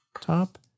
top